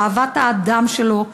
על אהבת האדם שלו,